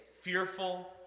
fearful